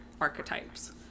archetypes